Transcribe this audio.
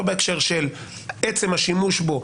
לא בהקשר של עצם השימוש בו.